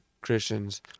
Christians